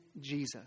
Jesus